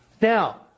Now